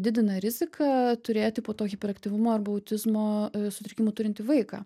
didina riziką turėti po to hiperaktyvumą arba autizmo sutrikimų turintį vaiką